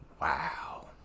Wow